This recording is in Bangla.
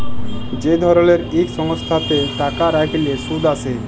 যে ধরলের ইক সংস্থাতে টাকা রাইখলে সুদ আসে